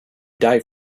die